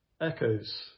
echoes